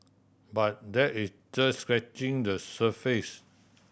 but that is just scratching the surface